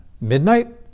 midnight